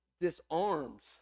disarms